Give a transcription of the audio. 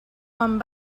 quan